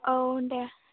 औ दे